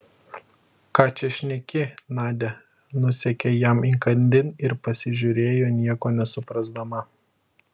ką čia šneki nadia nusekė jam įkandin ir pasižiūrėjo nieko nesuprasdama